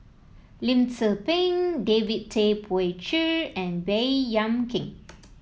Lim Tze Peng David Tay Poey Cher and Baey Yam Keng